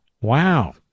Wow